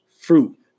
fruit